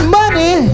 money